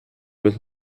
with